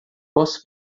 posso